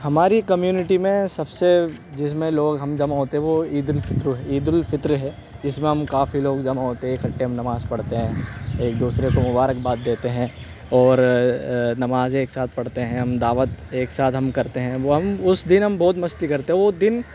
ہماری کمیونٹی میں سب سے جس میں لوگ ہم جمع ہوتے ہیں وہ عید الفطر عید الفطر ہے اس میں ہم کافی لوگ جمع ہوتے ہیں اکٹھے ہم نماز پڑھتے ہیں ایک دوسرے کو مبارک دیتے ہیں اور نماز ایک ساتھ پڑھتے ہیں ہم دعوت ایک ساتھ ہم کرتے ہیں وہ ہم اس دن ہم بہت مستی کرتے ہیں وہ دن